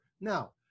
Now